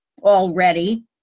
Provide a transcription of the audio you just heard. already